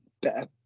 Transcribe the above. better